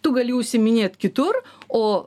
tu gali užsiiminėt kitur o